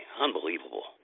unbelievable